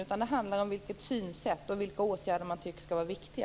Vad det handlar om är vilket synsätt man har och vilka åtgärder som är de viktiga.